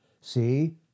See